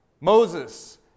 Moses